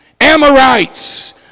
Amorites